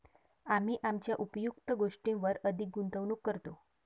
आम्ही आमच्या उपयुक्त गोष्टींवर अधिक गुंतवणूक करतो